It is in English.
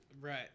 right